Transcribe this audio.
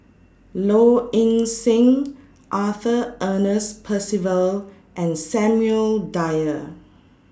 Low Ing Sing Arthur Ernest Percival and Samuel Dyer